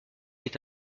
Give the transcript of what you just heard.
est